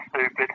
stupid